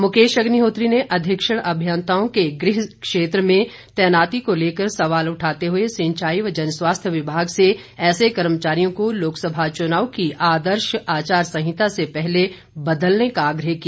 मुकेश अग्निहोत्री ने अधीक्षण अभियंताओं के गृह क्षेत्र में तैनाती को लेकर सवाल उठाते हुए सिंचाई व जनस्वास्थ्य विभाग से ऐसे कर्मचारियों को लोकसभा चुनाव की आदर्श आचार संहिता से पहले बदलने का आग्रह किया